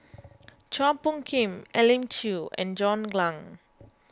Chua Phung Kim Elim Chew and John Clang